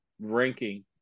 ranking